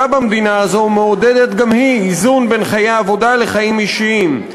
במדינה הזאת מעודדת גם היא איזון בין חיי העבודה לחיים אישיים.